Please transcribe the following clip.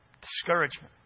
discouragement